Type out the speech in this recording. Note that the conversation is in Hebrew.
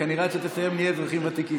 כנראה עד שתסיים נהיה אזרחים ותיקים.